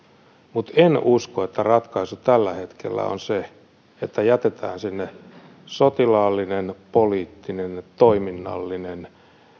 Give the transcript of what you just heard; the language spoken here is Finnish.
mutta en usko että ratkaisu tällä hetkellä on se että jätetään sinne sotilaallinen poliittinen toiminnallinen